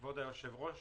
כבוד היושב-ראש,